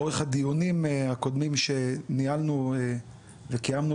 לאורך הדיונים הקודמים שניהלנו וקיימנו